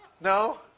No